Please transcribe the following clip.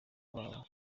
babo